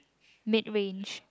mid range